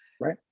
Right